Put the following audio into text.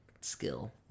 Skill